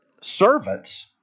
servants